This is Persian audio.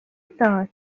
داد